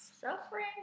Suffering